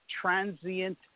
transient